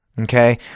okay